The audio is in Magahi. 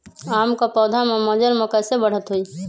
आम क पौधा म मजर म कैसे बढ़त होई?